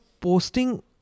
posting